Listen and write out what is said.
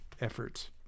efforts